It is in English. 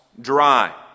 dry